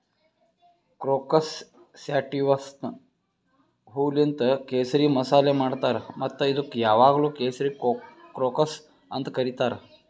crocus ಸ್ಯಾಟಿವಸ್ನ ಹೂವೂಲಿಂತ್ ಕೇಸರಿ ಮಸಾಲೆ ಮಾಡ್ತಾರ್ ಮತ್ತ ಇದುಕ್ ಯಾವಾಗ್ಲೂ ಕೇಸರಿ ಕ್ರೋಕಸ್ ಅಂತ್ ಕರಿತಾರ್